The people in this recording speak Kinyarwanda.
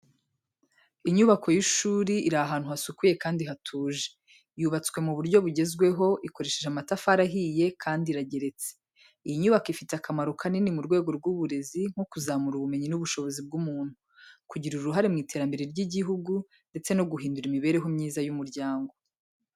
Inyubako y’ishuri iri ahantu hasukuye kandi hatuje, yubatswe mu buryo bugezweho ikoresheje amatafari ahiye kandi irageretse. Iyi nyubako ifite akamaro kanini mu rwego rw’uburezi nko kuzamura ubumenyi n’ubushobozi bw’umuntu, kugira uruhare mu iterambere ry’igihugu ndetse no guhindura imibereho myiza y’umuryango.